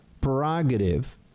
prerogative